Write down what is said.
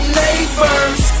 neighbors